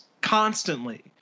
constantly